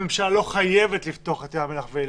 הממשלה לא חייבת לפתוח את ים המלח ואילת.